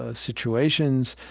ah situations.